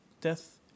death